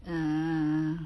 err